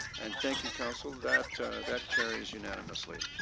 and thank you, council. that that carries unanimously.